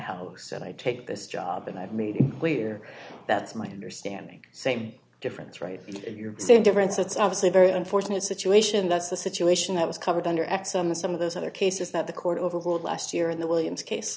house and i take this job and i've made it clear that's my understanding same difference right your same difference it's obviously very unfortunate situation that's the situation that was covered under eczema some of those other cases that the court overruled last year in the williams case